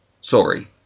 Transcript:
Sorry